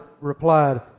replied